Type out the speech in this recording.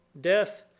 death